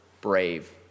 brave